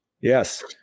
Yes